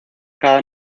cada